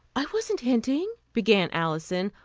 i wasn't hinting, began alison,